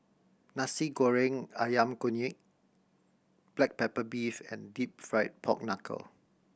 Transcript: Nasi Goreng Ayam Kunyit black pepper beef and Deep Fried Pork Knuckle